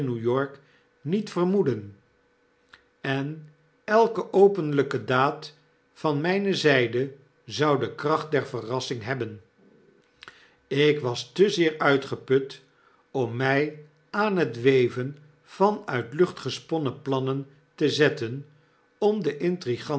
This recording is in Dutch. n e wyork niet vermoeden en elke openlyke daad van myne zijde zou de kracht der verrassing hebben ik was te zeer uitgeput om my aan het weven van uit lucht gesponnen plannente zetten om den